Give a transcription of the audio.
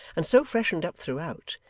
and so freshened up throughout,